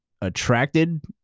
attracted